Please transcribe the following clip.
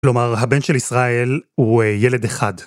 כלומר, הבן של ישראל הוא ילד אחד.